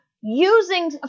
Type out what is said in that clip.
using